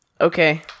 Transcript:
Okay